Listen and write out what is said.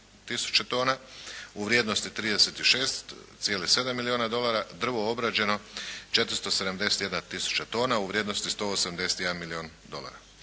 u vrijednosti 36,7 milijuna dolara, drvo obrađeno 471 tisuća tona u vrijednosti 181 milijun dolara.